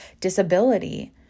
disability